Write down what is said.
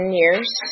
years